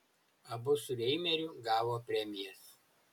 abu su reimeriu gavo premijas